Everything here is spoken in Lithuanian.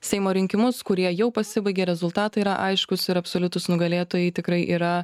seimo rinkimus kurie jau pasibaigė rezultatai yra aiškūs ir absoliutūs nugalėtojai tikrai yra